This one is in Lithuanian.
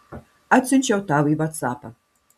atsiunčiau tau į vatsapą